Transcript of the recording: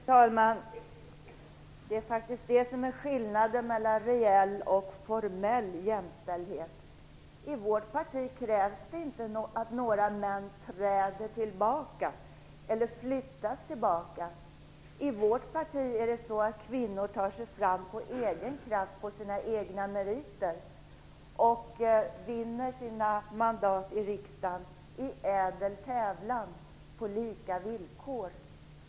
Herr talman! Det är faktiskt det som är skillnaden mellan reell och formell jämställdhet. I vårt parti krävs det inte att några män träder tillbaka. I vårt parti tar sig kvinnor fram av egen kraft och på sina egna meriter och vinner sina mandat i riksdagen i ädel tävlan på lika villkor.